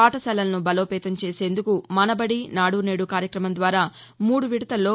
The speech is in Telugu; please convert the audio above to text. పాఠశాలలను బలోపేతం చేసేందుకు మనబడి నాడు నేడు కార్యక్రమం ద్వారా మూడు విడతల్లో